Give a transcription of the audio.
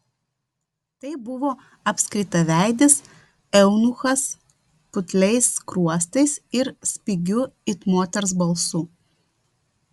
tai buvo apskritaveidis eunuchas putliais skruostais ir spigiu it moters balsu